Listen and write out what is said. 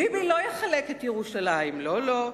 ביבי לא יחלק את ירושלים, לא, לא.